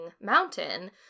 mountain